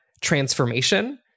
transformation